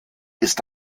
ist